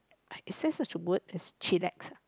as there such a word as chillax